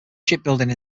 shipbuilding